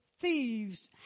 thieves